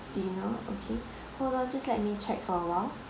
dinner okay hold on just let me check for a while